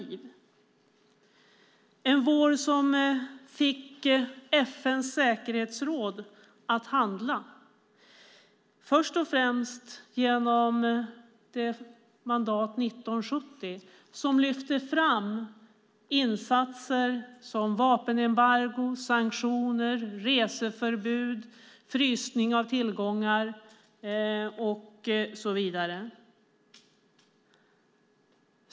Det var en vår som fick FN:s säkerhetsråd att handla, först och främst genom det mandat, 1970, som lyfte fram insatser som vapenembargo, sanktioner, reseförbud, frysning av tillgångar och så vidare.